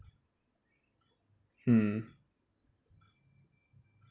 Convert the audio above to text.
hmm